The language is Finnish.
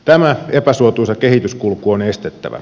tämä epäsuotuisa kehityskulku on estettävä